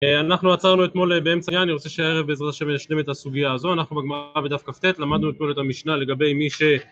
אנחנו עצרנו אתמול באמצע יה, אני רוצה שהערב בעזרת השם נשלם את הסוגיה הזו, אנחנו בגמרא בדף כ"ט, למדנו את כל את המשנה לגבי מי ש...